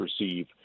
receive